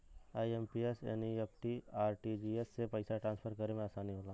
IMPS, NEFT, RTGS से पइसा transfer करे में आसानी होला